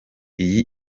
iyi